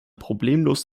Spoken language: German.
problemlos